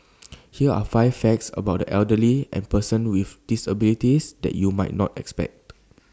here are five facts about the elderly and persons with disabilities that you might not expect